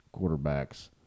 quarterbacks